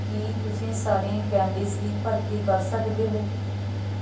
ਕੀ ਤੁਸੀਂ ਸਾਰੀਆਂ ਕੈਂਡੀਜ਼ ਦੀ ਭਰਤੀ ਕਰ ਸਕਦੇ ਹੋ